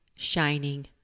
shining